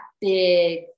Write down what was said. big